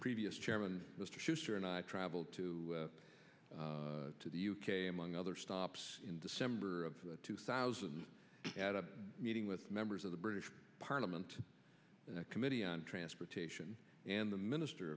previous chairman mr schuster and i traveled to to the u k among other stops in december of two thousand had a meeting with members of the british parliament and the committee on transportation and the minister